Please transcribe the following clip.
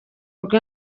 rwe